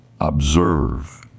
observe